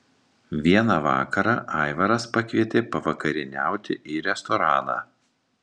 vieną vakarą aivaras pakvietė pavakarieniauti į restoraną